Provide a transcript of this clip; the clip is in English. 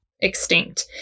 extinct